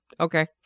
okay